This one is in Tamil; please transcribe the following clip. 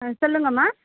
ம் சொல்லுங்கம்மா